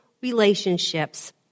relationships